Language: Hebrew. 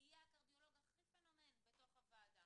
שיהיה הקרדיולוג הכי פנומן בתוך הוועדה,